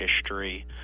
history